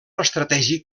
estratègic